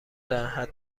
دهند